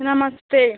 नमस्ते